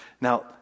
now